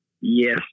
Yes